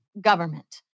government